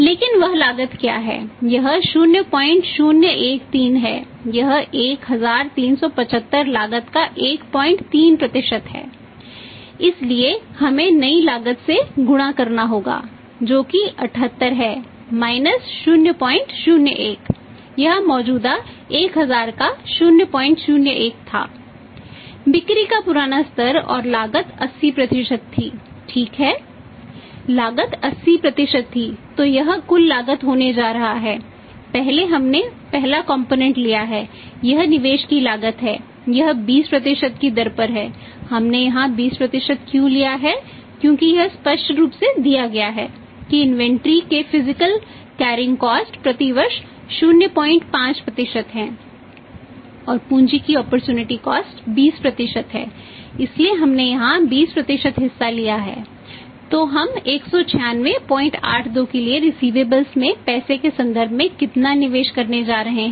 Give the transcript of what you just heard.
लेकिन वह लागत क्या है यह 0013 है यह 1375 लागत का 13 है इसलिए हमें नई लागत से गुणा करना होगा जो कि 78 है माइनस में पैसे के संदर्भ में कितना निवेश करने जा रहे हैं